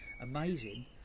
amazing